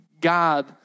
God